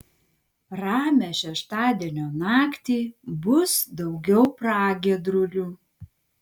ramią šeštadienio naktį bus daugiau pragiedrulių